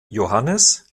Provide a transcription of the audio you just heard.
johannes